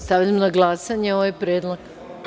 Stavljam na glasanje ovaj predlog.